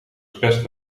best